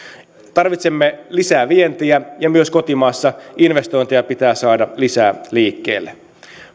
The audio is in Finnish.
tarvitsemme lisää vientiä ja myös kotimaassa investointeja pitää saada lisää liikkeelle